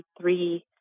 three